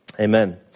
amen